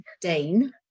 Dane